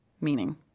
meaning